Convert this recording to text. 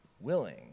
willing